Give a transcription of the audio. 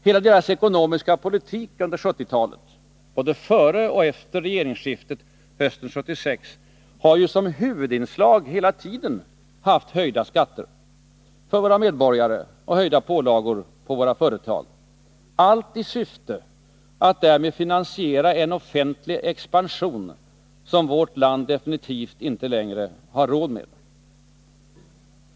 Hela deras ekonomiska politik under 1970-talet — både före och efter regeringsskiftet hösten 1976 — har ju som huvudinslag haft höjda skatter för våra medborgare och ökade pålagor på våra företag, allt i syfte att därmed finansiera en offentlig expansion, som vårt land definitivt inte längre har råd med.